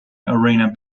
arena